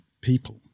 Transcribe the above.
people